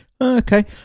Okay